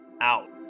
out